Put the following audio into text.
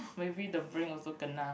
maybe the brain also kena